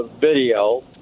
video